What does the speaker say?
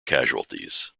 casualties